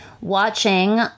watching